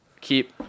keep